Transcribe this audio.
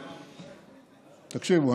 תקשיבו,